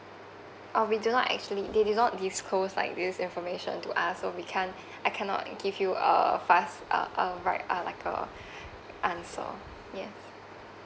oh we do not actually they did not disclose like this information to us so we can't I cannot give you a fast uh uh right ah like a answer yes